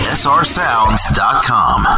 srsounds.com